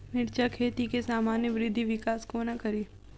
मिर्चा खेती केँ सामान्य वृद्धि विकास कोना करि?